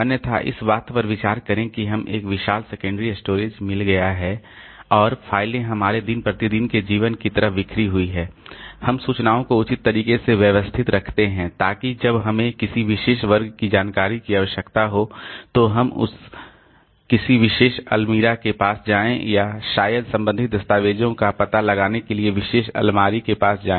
अन्यथा इस बात पर विचार करें कि हमें एक विशाल सेकेंडरी स्टोरेज मिल गया है और फाइलें हमारे दिन प्रतिदिन के जीवन की तरह बिखरी हुई हैं हम सूचनाओं को उचित तरीके से व्यवस्थित रखते हैं ताकि जब हमें किसी विशेष वर्ग की जानकारी की आवश्यकता हो तो हम किसी विशेष अलमीरा के पास जाएं या शायद संबंधित दस्तावेजों का पता लगाने के लिए विशेष अलमारी के पास जाएं